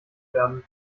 werden